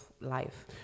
life